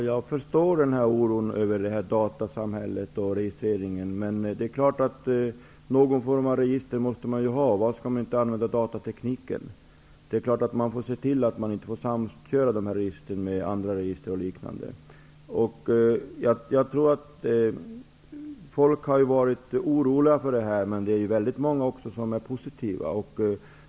Herr talman! Jag förstår oron över datasamhället och registreringen. Men någon form av register måste vi ju ha. Varför kan vi inte använda datatekniken till det? Vi får se till att dessa register inte får samköras med andra register. Människor har ju varit oroliga för detta, men det är väldigt många som är positiva också.